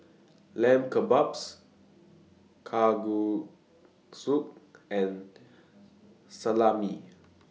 Lamb Kebabs Kalguksu and Salami